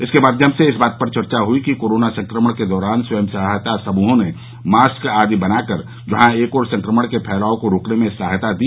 इसके माध्यम से इस बात पर चर्चा हुई कि कोरोना संक्रमण के दौरान स्वयं सहायता समूहों ने मास्क आदि बनाकर जहां एक ओर संक्रमण के फैलाव को रोकने में सहायता दी